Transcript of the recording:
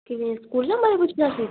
ਕਿਵੇਂ ਸਕੂਲਾਂ ਬਾਰੇ ਪੁੱਛਣਾ ਸੀ